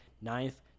ninth